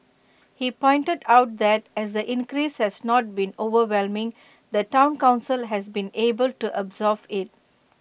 he pointed out that as the increase has not been overwhelming the Town Council has been able to absorb IT